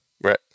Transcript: right